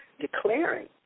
declaring